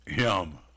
Yum